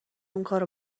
اونکارو